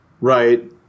Right